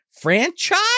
franchise